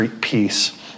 peace